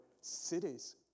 cities